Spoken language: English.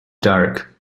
dark